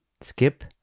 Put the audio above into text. Skip